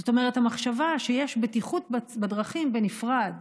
זאת אומרת, המחשבה שיש בטיחות בדרכים בנפרד